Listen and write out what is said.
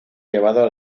llevado